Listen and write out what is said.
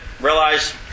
Realize